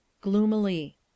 Gloomily